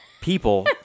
people